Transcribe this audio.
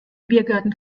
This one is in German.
biergarten